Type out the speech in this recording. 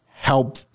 help